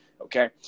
Okay